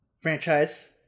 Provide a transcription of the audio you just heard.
franchise